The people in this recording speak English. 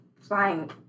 flying